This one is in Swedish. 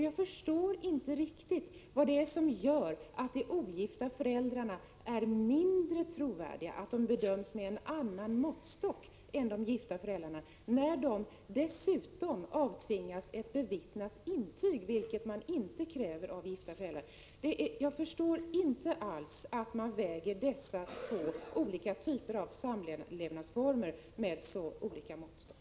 Jag förstår inte vad det är som gör att de ogifta föräldrarna är mindre trovärdiga och varför de bedöms med en annan måttstock, när de dessutom tvingas lämna ett bevittnat intyg, vilket man inte kräver av gifta föräldrar. Jag förstår inte varför man mäter dessa två samlevnadsformer med så olika måttstock.